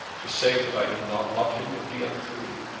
to say that i do not love him would be untrue,